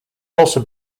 also